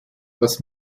das